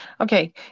okay